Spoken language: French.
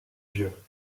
vieux